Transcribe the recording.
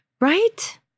Right